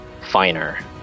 finer